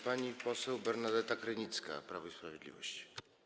Pani poseł Bernadeta Krynicka, Prawo i Sprawiedliwość.